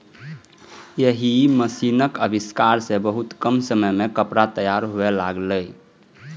एहि मशीनक आविष्कार सं बहुत कम समय मे कपड़ा तैयार हुअय लागलै